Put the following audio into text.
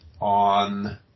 on